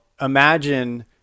imagine